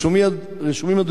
רשומים,